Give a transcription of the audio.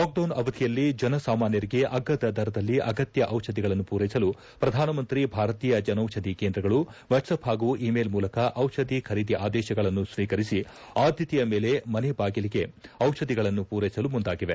lockdown ಅವಧಿಯಲ್ಲಿ ಜನ ಸಾಮಾನ್ನರಿಗೆ ಅಗ್ಗದ ದರದಲ್ಲಿ ಅಗತ್ನ ಔಷಧಿಗಳನ್ನು ಪೂರ್ಲೆಸಲು ಪ್ರಧಾನ ಮಂತ್ರಿ ಭಾರತೀಯ ಜನೌಪಧಿ ಕೇಂದ್ರಗಳು ವಾಟ್ಪಾಪ್ ಹಾಗೂ ಇ ಮೇಲ್ ಮೂಲಕ ದಿಷಧಿ ಖರೀದಿ ಆದೇಶಗಳನ್ನು ಸ್ವೀಕರಿಸಿ ಆಧ್ಲತೆಯ ಮನೆ ಬಾಗಿಲಿಗೆ ಔಷಧಿಗಳನ್ನು ಪೂರೈಸಲು ಮುಂದಾಗಿದೆ